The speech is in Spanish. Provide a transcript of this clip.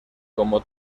como